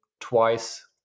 twice